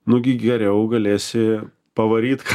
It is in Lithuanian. nugi geriau galėsi pavaryt